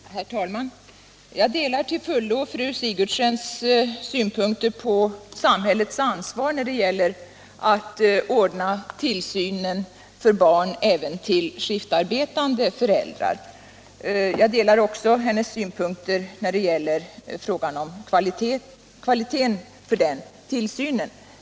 Herr talman! Jag delar till fullo fru Sigurdsens synpunkter på samhällets ansvar även när det gäller att ordna tillsynen av barn till skiftarbetande föräldrar, liksom hennes synpunkter beträffande kvaliteten på den tillsynen.